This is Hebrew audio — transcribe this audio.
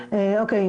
אוקי,